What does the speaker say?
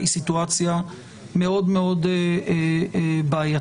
היא סיטואציה מאוד מאוד בעייתית.